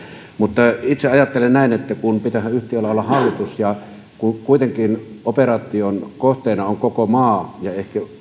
mutta itse ajattelen kun pitäähän yhtiöllä olla hallitus ja kun kuitenkin operaation kohteena on koko maa ja ehkä